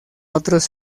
otros